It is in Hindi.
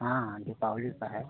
हाँ हाँ दीपावली पर है